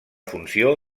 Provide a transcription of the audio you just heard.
funció